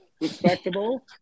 Respectable